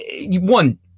one